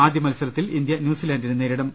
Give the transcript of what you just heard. ആദ്യമത്സരത്തിൽ ഇന്ത്യ ന്യൂസിലാൻഡിനെ നേരിടും